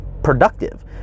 productive